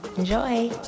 Enjoy